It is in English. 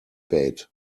bait